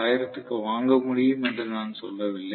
1000 க்கு வாங்க முடியும் என்று நான் சொல்லவில்லை